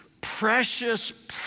precious